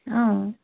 अँ